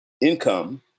income